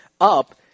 up